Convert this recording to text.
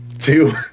Two